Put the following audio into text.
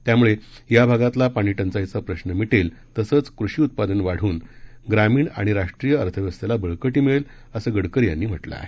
यामुळे या भागातला पाणीटंचाईचा प्रश्न मिटेल तसंच कृषी उत्पादन वाढून ग्रामीण आणि राष्ट्रीय अर्थव्यवस्थेला बळकटी मिळेल असं गडकरी यांनी म्हटलं आहे